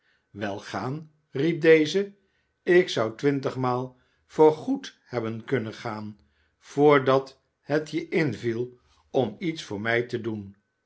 wel gaan riep deze ik zou twintigmaal voorgoed hebben kunnen gaan voordat het je inviel om iets voor mij te doen